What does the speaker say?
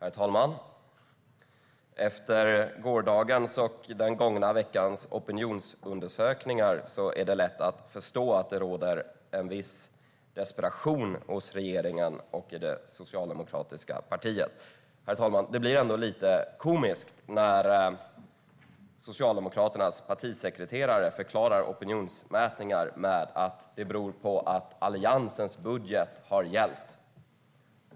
Herr talman! Efter gårdagens och den gångna veckans opinionsundersökningar är det lätt att förstå att det råder viss desperation hos regeringen och det socialdemokratiska partiet. Det blir ändå lite komiskt, herr talman, när Socialdemokraternas partisekreterare förklarar opinionsmätningars resultat med att det beror på att Alliansens budget har gällt.